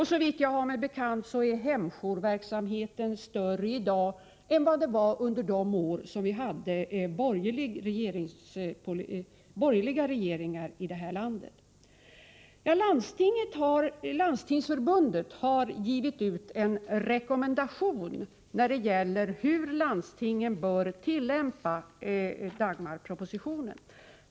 Såvitt jag har mig bekant är hemjourverksamheten större i dag än den var under de år vi hade borgerliga regeringar här i landet. Landstingsförbundet har givit ut en rekommendation om hur landstingen bör tillämpa beslutet om Dagmarpropositionen.